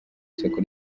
isoko